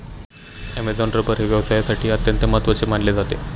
Amazon rubber हे व्यवसायासाठी अत्यंत महत्त्वाचे मानले जाते